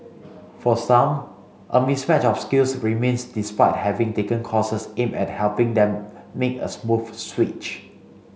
for some a mismatch of skills remains despite having taken courses aimed at helping them make a smooth switch